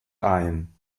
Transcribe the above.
ein